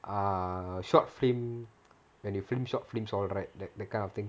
err short film when you film short films all right the the kind of thing